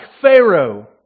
Pharaoh